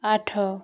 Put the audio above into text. ଆଠ